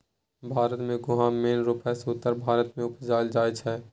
भारत मे गहुम मेन रुपसँ उत्तर भारत मे उपजाएल जाइ छै